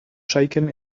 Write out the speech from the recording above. shaken